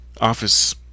office